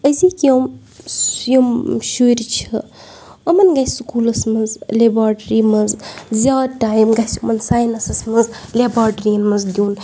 أزِکۍ یِم یِم شُرۍ چھِ یِمَن گژھِ سکوٗلَس منٛز لِباٹرٛی منٛز زیادٕ ٹایم گژھِ یِمَن ساینَسَس منٛز لٮ۪باٹرٛی منٛز دیُن